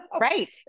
Right